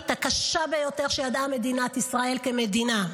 והקשה ביותר שידעה מדינת ישראל כמדינה.